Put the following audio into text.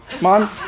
Mom